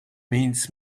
means